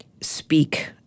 speak